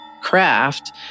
craft